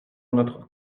notre